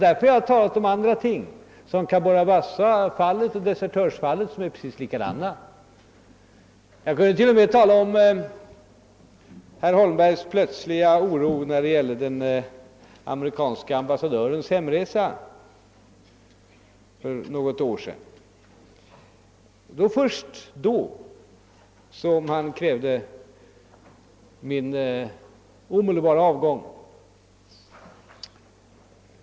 Därför har jag talat om andra frågor såsom fallen med Cabora Bassa och de amerikanska desertörerna. Jag kunde till och med ha talat om herr Holmbergs plötsliga oro för den amerikanske ambassadörens hemresa för något år sedan. Det var först då som han krävde min omedelbara avgång.